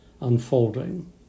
unfolding